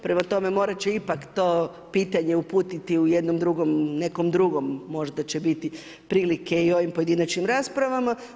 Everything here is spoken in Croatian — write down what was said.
Prema tome, morati ću ipak to pitanje uputiti u jednom drugom, nekom drugom, možda će biti prilike i u ovim pojedinačnim raspravama.